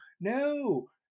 no